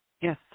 Yes